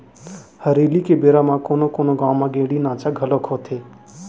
हरेली के बेरा म कोनो कोनो गाँव म गेड़ी नाचा घलोक होथे